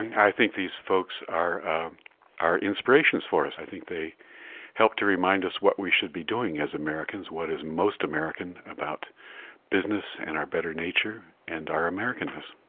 and i think these folks are inspirations for us. i think they help to remind us what we should be doing as americans what is most american about business and our better nature and our americanness